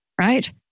right